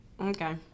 Okay